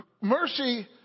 Mercy